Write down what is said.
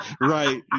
Right